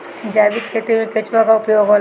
जैविक खेती मे केचुआ का उपयोग होला?